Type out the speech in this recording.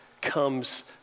comes